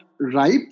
ripe